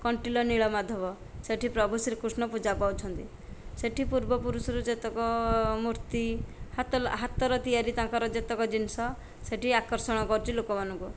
କଣ୍ଟିଲୋ ନୀଳମାଧବ ସେଇଠି ପ୍ରଭୁ ଶ୍ରୀକୃଷ୍ଣ ପୂଜା ପାଉଛନ୍ତି ସେଇଠି ପୂର୍ବ ପୁରୁଷରୁ ଯେତେକ ମୂର୍ତ୍ତି ହାତ ହାତର ତିଆରି ତାଙ୍କର ଯେତକ ଜିନିଷ ସେଇଠି ଆକର୍ଷଣ କରୁଛି ସେଇଠି ଲୋକମାନଙ୍କୁ